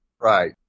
Right